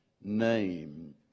name